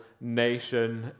nation